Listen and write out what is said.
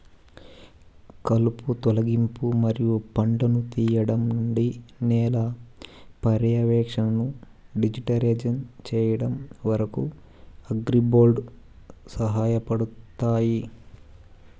కలుపు తొలగింపు మరియు పండ్లను తీయడం నుండి నేల పర్యవేక్షణను డిజిటలైజ్ చేయడం వరకు, అగ్రిబోట్లు సహాయపడతాయి